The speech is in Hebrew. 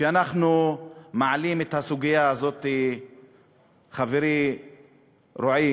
אנחנו מעלים את הסוגיה הזאת, חברי רועי.